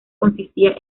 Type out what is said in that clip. consistía